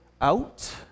out